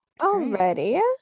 already